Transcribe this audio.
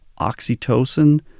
oxytocin